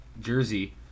jersey